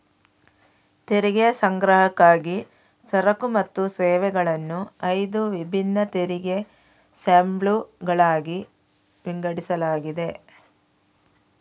ತೆರಿಗೆ ಸಂಗ್ರಹಕ್ಕಾಗಿ ಸರಕು ಮತ್ತು ಸೇವೆಗಳನ್ನು ಐದು ವಿಭಿನ್ನ ತೆರಿಗೆ ಸ್ಲ್ಯಾಬುಗಳಾಗಿ ವಿಂಗಡಿಸಲಾಗಿದೆ